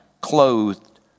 clothed